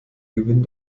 gewinn